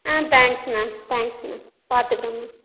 ம் thanks madam thanks madam பார்த்துக்குறோம் ma'am